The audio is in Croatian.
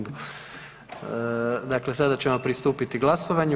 Dakle, sada ćemo pristupiti glasovanju.